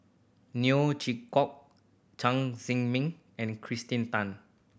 Neo Chwee Kok Chen Zhiming and Kirsten Tan